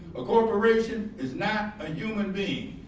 a corporation is not a human being,